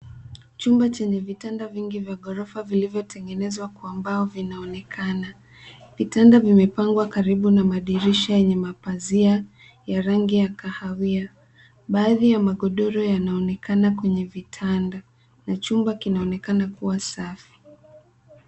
Chumba chenye vitanda vingi vya ghorofa vilivyotengenezwa kwa mbao vinaonekana. Vitanda vimepangwa karibu na madirisha yenye mapazia ya rangi ya kahawia. Baadhi ya magodoro yanaonekana kwenye vitanda na chumba kinaonekana kuwa safi.